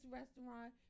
restaurant